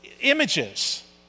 images